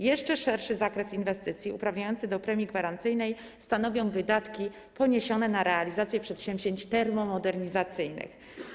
Jeszcze szerszy zakres inwestycji uprawniający do premii gwarancyjnej stanowią wydatki poniesione na realizację przedsięwzięć termomodernizacyjnych.